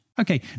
Okay